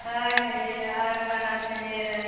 हँ खेलियै र हँ खाना खेलियै र